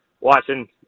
watching